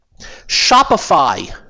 Shopify